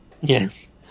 Yes